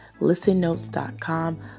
ListenNotes.com